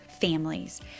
families